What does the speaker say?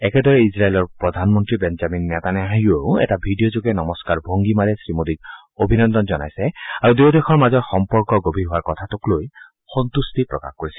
একেদৰে ইজৰাইলৰ প্ৰধানমন্ত্ৰী বেঞ্জামিন নেতান্যাছয়ো এটা ভিডিঅযোগে নমস্থাৰ ভংগীমাৰে শ্ৰীমোদীক অভিনন্দন জনাইছে আৰু দুয়ো দেশৰ মাজৰ সম্পৰ্ক গভীৰ হোৱাৰ কথাটো লৈ সম্বট্টি প্ৰকাশ কৰিছে